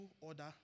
order